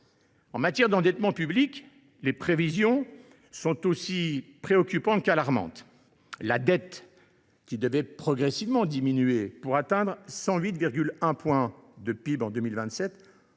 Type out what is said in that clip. En matière d’endettement public, les prévisions sont alarmantes : la dette, qui devait progressivement diminuer pour atteindre 108,1 % du PIB en 2027,